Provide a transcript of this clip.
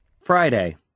Friday